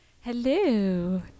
Hello